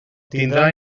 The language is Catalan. tindrà